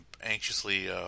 anxiously